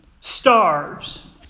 stars